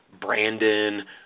Brandon